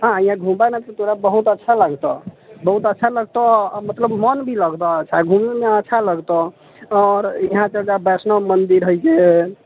हाँ इहाँ घुमै मे तोरा बहुत अच्छा लागतौ बहुत अच्छा लागतौ मतलब मन भी लागतौ अच्छा घुमै मे अच्छा लागतौ आओर इहाँसँ चलि जेब वेष्णो मन्दिर हय